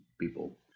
people